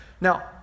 Now